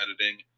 editing